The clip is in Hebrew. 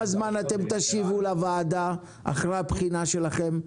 זמן אתם תשיבו לוועדה אחרי הבחינה שלכם?